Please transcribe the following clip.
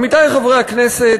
עמיתי חברי הכנסת,